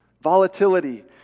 Volatility